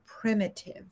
primitive